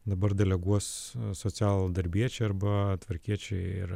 dabar deleguos socialdarbiečiai arba tvarkiečiai ir